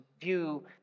view